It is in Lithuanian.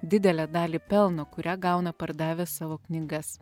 didelę dalį pelno kurią gauna pardavęs savo knygas